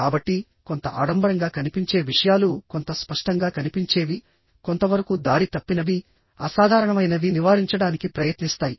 కాబట్టికొంత ఆడంబరంగా కనిపించే విషయాలు కొంత స్పష్టంగా కనిపించేవి కొంతవరకు దారి తప్పినవి అసాధారణమైనవి నివారించడానికి ప్రయత్నిస్తాయి